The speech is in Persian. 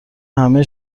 همه